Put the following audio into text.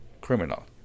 criminal